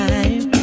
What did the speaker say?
Time